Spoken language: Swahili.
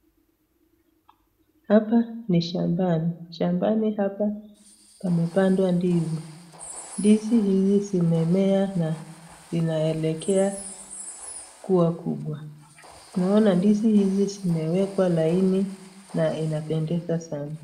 Hapa ni shambani. Shambani hapa pamepandwa ndizi. Ndizi hizi zimemea na zinaelekea kuwa kubwa. Naona ndizi hizi zimewekwa laini na inapendeza sana.